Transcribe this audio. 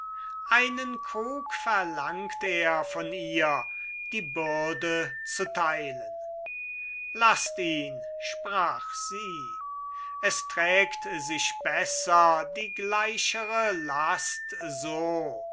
einen krug verlangt er von ihr die bürde zu teilen laßt ihn sprach sie es trägt sich besser die gleichere last so